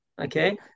okay